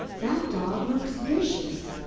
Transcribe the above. that dog looks vicious!